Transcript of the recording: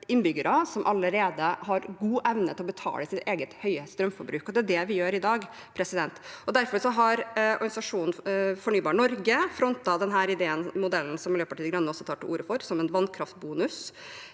som allerede har god evne til å betale sitt eget høye strømforbruk, og det er det vi gjør i dag. Derfor har organisasjonen Fornybar Norge frontet denne modellen som Miljøpartiet De Grønne også tar til orde for, som er en vannkraftbonus.